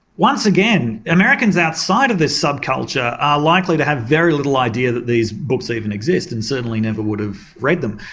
once again americans outside of this subculture are likely to have very little idea that these books even exist and certainly never would have read them.